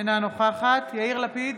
אינה נוכחת יאיר לפיד,